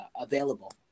available